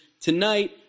Tonight